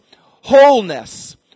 Wholeness